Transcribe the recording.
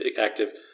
active—